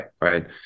right